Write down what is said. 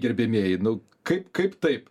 gerbiamieji nu kaip kaip taip